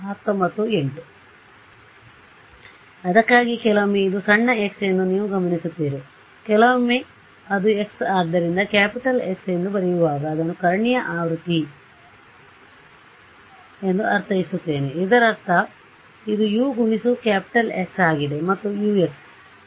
ಹೌದು ಅದಕ್ಕಾಗಿಯೇ ಕೆಲವೊಮ್ಮೆ ಇದು ಸಣ್ಣ x ಎಂದು ನೀವು ಗಮನಿಸುತ್ತೀರಿ ಕೆಲವೊಮ್ಮೆ ಅದು X ಆದ್ದರಿಂದ ಕ್ಯಾಪಿಟಲ್ X ಎಂದು ಬರೆಯುವಾಗ ಅದನ್ನು ಕರ್ಣೀಯ ಆವೃತ್ತಿ ಎಂದು ಅರ್ಥೈಸುತ್ತೇನೆ ಇದರರ್ಥ ಆದ್ದರಿಂದ ಇದು u ಗುಣಿಸು ಕ್ಯಾಪಿಟಲ್ X ಆಗಿದೆ ಮತ್ತು ಇದು U x